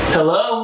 Hello